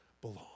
belong